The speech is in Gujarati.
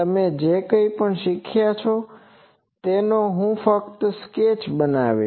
તમે જે કંઇ પણ શીખ્યા છો તેનો હું ફક્ત સ્કેચ બનાવીશ